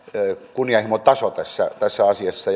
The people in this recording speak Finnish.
kunnianhimotaso tässä tässä asiassa